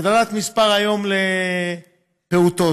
הגדלת מספר מעונות היום לפעוטות,